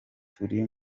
turi